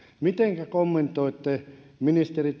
mitenkä kommentoitte ministeri